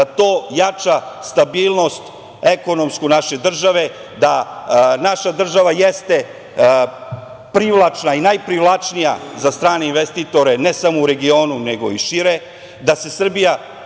da to jača stabilnost ekonomsku naše države, da naša država jeste privlačna i najprivlačnija za strane investitore, ne samo u regionu nego i šire, da se Srbija